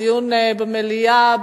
דיון במליאה,